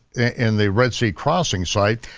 in the red sea crossing site,